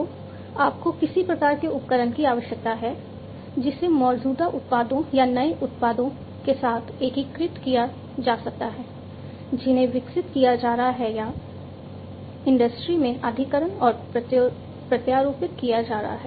तो आपको किसी प्रकार के उपकरण की आवश्यकता है जिसे मौजूदा उत्पादों या नए उत्पादों के साथ एकीकृत किया जा सकता है जिन्हें विकसित किया जा रहा है या इंडस्ट्री में अधिग्रहण और प्रत्यारोपित किया जा रहा है